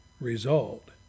result